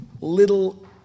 little